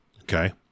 Okay